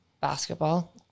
Basketball